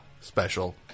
special